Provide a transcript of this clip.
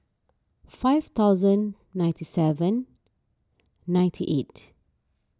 five thousand ninety seven ninety eight